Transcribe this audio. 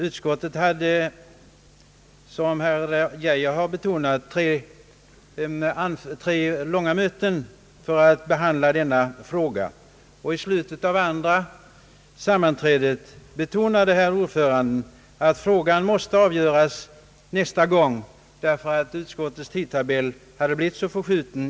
Utskottet höll, som herr Geijer betonade, tre långa möten för att behandla denna fråga. I slutet av det andra sammanträdet betonade herr ordföranden att frågan måste avgöras vid ett tredje sammanträde, därför att utskottets tidtabell hade blivit så förskjuten.